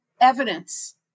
evidence